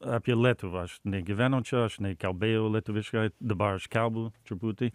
apie lietuvą aš negyvenau čia aš nekalbėjau lietuviškai dabar aš kalbu truputį